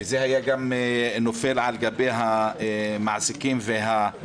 וזה היה גם נופל על המעסיקים והעצמאים